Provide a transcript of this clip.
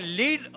lead